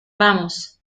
vamos